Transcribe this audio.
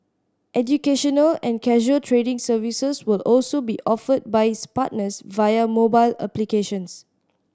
educational and casual trading services will also be offered by its partners via mobile applications